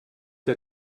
der